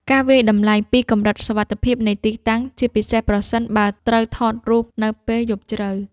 ការវាយតម្លៃពីកម្រិតសុវត្ថិភាពនៃទីតាំង ជាពិសេសប្រសិនបើត្រូវថតរូបនៅពេលយប់ជ្រៅ។